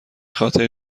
خاطر